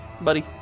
buddy